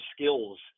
skills